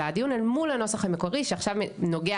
אלא הדיון אל מול הנוסח המקורי שעכשיו נוגע